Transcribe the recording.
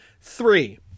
Three